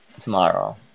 tomorrow